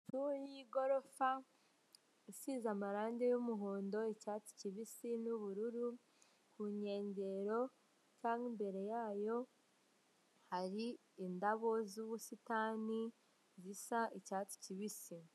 Ikigo cy'ubwiteganyirize mu Rwanda, ikarita yo mu muryango y'ubwisungane mu kwivuza, ufite iyi karita ntarembere mu rugo. Umwana afite iyi karita y'ubwisungane mu kwivuza kugira ngo ajye kubona uburyo yakwivuzamo.